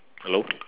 hello